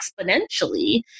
exponentially